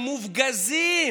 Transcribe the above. מופגזים,